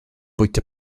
bwyta